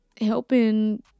Helping